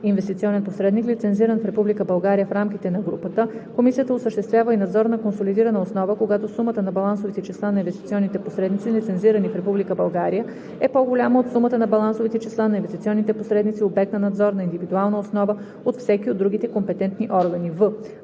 инвестиционен посредник, лицензирани в Република България, в рамките на групата, комисията осъществява и надзор на консолидирана основа, когато сумата на балансовите числа на инвестиционните посредници, лицензирани в Република България, е по-голяма от сумата на балансовите числа на инвестиционните посредници, обект на надзор на индивидуална основа от всеки от другите компетентни органи.“;